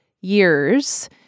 years